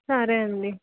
సరే అండి